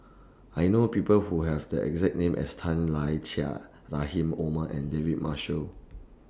I know People Who Have The exact name as Tan Lai Chye Rahim Omar and David Marshall